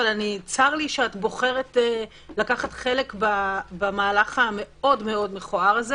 אבל צר לי שאת בוחרת לקחת חלק במהלך המאוד מאוד מכוער הזה